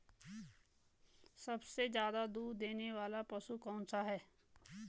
सबसे ज़्यादा दूध देने वाला पशु कौन सा है?